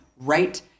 right